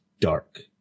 dark